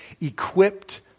equipped